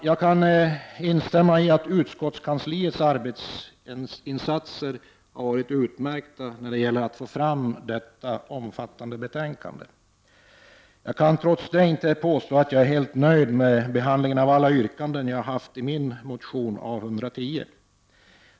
Jag håller med om att utskottskansliet har gjort utmärkta insatser för att få fram detta omfattande betänkande. Men trots det kan jag inte påstå att jag är helt nöjd med behandlingen av mina yrkanden i motion 1989/90:A110.